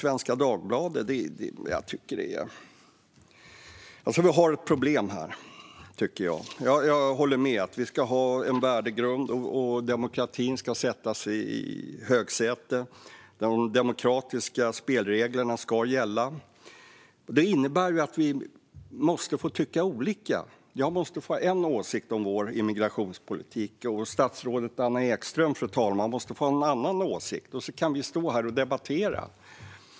Vi har ett problem här, tycker jag. Jag håller med om att vi ska ha en värdegrund och att demokratin ska sättas i högsätet. De demokratiska spelreglerna ska gälla. Det innebär att vi måste få tycka olika. Jag måste få ha en åsikt om vår immigrationspolitik, och statsrådet Anna Ekström måste, fru talman, få ha en annan åsikt. Och så kan vi stå här och debattera.